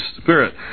Spirit